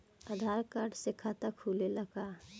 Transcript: आधार card से खाता खुले ला का?